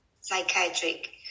psychiatric